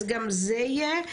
אז גם זה יהיה,